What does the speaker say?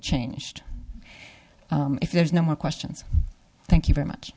changed if there's no more questions thank you very much